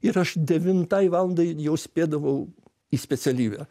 ir aš devintai valandai jau spėdavau į specialybę